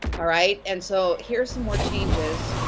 alright? and so, here's some more changes.